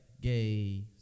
gay